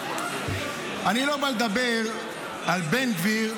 אני לא בא לדבר על בן גביר,